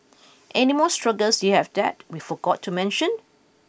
any more struggles you have that we forgot to mention